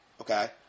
okay